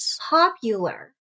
popular